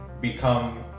become